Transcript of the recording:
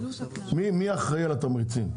מי אחראי על התמריצים?